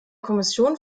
kommission